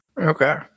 Okay